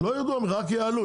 רק יעלו.